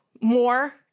more